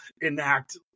enact